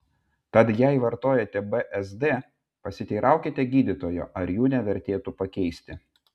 tad jei vartojate bzd pasiteiraukite gydytojo ar jų nevertėtų pakeisti